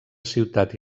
ciutat